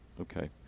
Okay